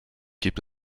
gibt